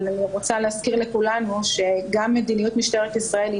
אבל אני רוצה להזכיר לכולנו שגם מדיניות משטרת ישראל היא